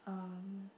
um